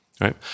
right